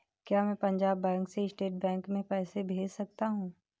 क्या मैं पंजाब बैंक से स्टेट बैंक में पैसे भेज सकता हूँ?